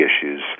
issues